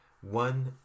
One